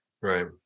Right